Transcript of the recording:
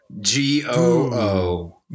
G-O-O